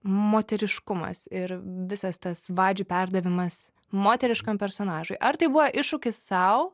moteriškumas ir visas tas vadžių perdavimas moteriškam personažui ar tai buvo iššūkis sau